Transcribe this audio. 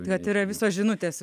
vat yra visos žinutės